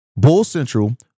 BULLCENTRAL